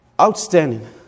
outstanding